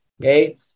okay